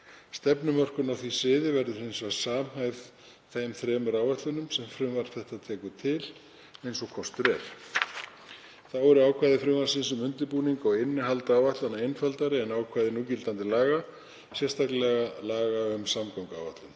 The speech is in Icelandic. Stefnumörkun á því sviði verður hins vegar samhæfð þeim þremur áætlunum sem frumvarp þetta tekur til eins og kostur er. Þá eru ákvæði frumvarpsins um undirbúning og innihald áætlana einfaldari en ákvæði núgildandi laga, sérstaklega laga um samgönguáætlun.